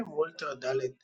ויליאם וולטר ד.